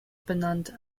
benannt